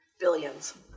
billions